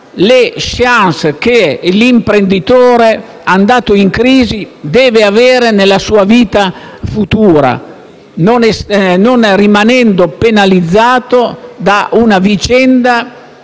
le *chance* che l'imprenditore andato in crisi deve avere nella sua vita futura, senza rimanere penalizzato da una vicenda